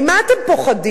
ממה אתם פוחדים?